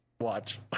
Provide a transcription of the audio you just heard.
watch